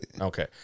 Okay